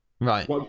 Right